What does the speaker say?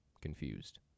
confused